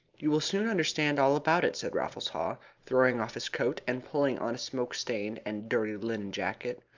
you will soon understand all about it, said raffles haw, throwing off his coat, and pulling on a smoke-stained and dirty linen jacket.